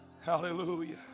Hallelujah